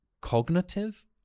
cognitive